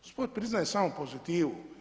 Sport priznaje samo pozitivu.